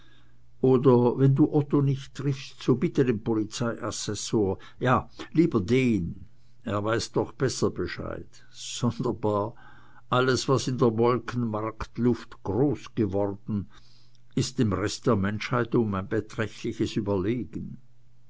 oder wenn du otto nicht triffst so bitte den polizeiassessor ja lieber den er weiß doch besser bescheid sonderbar alles was in der molkenmarktluft großgeworden ist dem rest der menschheit um ein beträchtliches überlegen